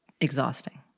Exhausting